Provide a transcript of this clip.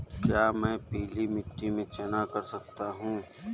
क्या मैं पीली मिट्टी में चना कर सकता हूँ?